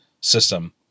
system